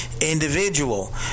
individual